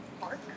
park